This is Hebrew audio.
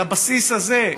על הבסיס הזה,